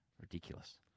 Ridiculous